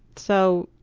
so,